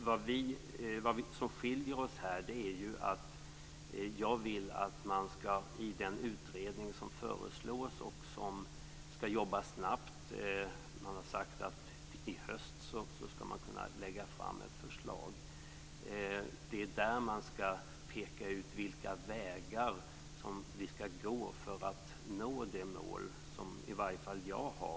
Vad som skiljer oss är ju att jag vill att i den utredning som föreslås och som skall jobba snabbt - man har sagt att i höst skall man kunna lägga fram ett förslag - skall man peka ut vilka vägar vi skall gå för att nå det mål som i varje fall jag har.